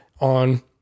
on